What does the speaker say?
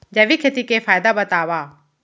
जैविक खेती के फायदा बतावा?